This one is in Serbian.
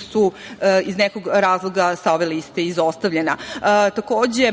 su iz nekog razloga sa ove liste izostavljena. Takođe,